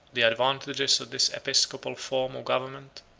the advantages of this episcopal form of government,